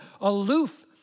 aloof